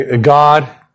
God